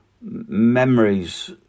memories